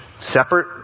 separate